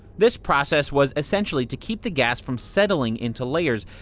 this process was essentially to keep the gas from settling into layers,